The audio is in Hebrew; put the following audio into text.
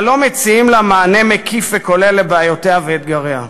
אבל לא מציעים לה מענה מקיף וכולל לבעיותיה ואתגריה.